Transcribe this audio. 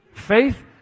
Faith